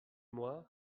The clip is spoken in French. moi